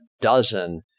dozen